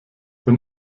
wenn